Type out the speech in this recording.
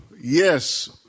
yes